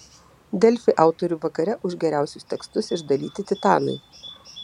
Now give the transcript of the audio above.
delfi autorių vakare už geriausius tekstus išdalyti titanai